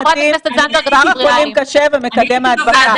הם נתנו --- במספר המאומתים ומספר החולים קשה ומקדם ההדבקה.